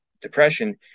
depression